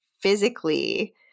physically